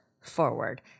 forward